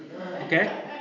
Okay